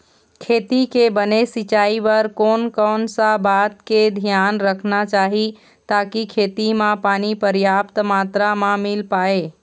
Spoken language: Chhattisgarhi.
खेती के बने सिचाई बर कोन कौन सा बात के धियान रखना चाही ताकि खेती मा पानी पर्याप्त मात्रा मा मिल पाए?